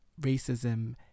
racism